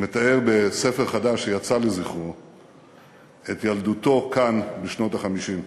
מתאר בספר חדש שיצא לזכרו את ילדותו כאן בשנות ה-50: